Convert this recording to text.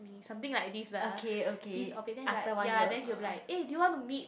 something like this lah ya then he'll be like eh do you want to meet